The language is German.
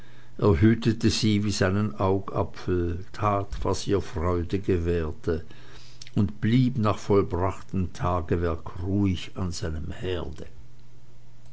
hütete sie wie seinen augapfel tat was ihr freude gewährte und blieb nach vollbrachtem tagewerk ruhig an seinem herde